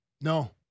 No